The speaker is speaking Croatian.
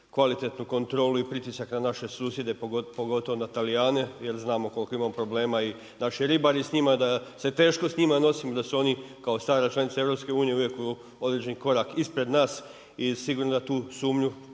kvalitetnu kontrolu i pritisak na naše susjede, pogotovo na Talijane, jer znamo koliko imamo problema i naši ribari s njima da se teško s njima nosim da su oni kao stara članica EU uvijek određeni korak ispred nas i sigurno da tu sumnju